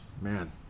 Man